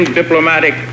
diplomatic